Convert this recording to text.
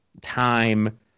time